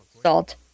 salt